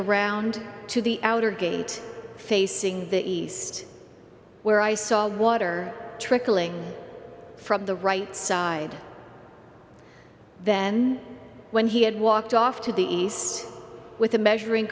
around to the outer gate facing the east where i saw the water trickling from the right side then when he had walked off to the east with a measuring